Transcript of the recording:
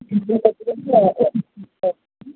కేరళ నుంచి